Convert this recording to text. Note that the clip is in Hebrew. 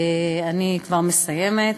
אני כבר מסיימת.